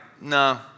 no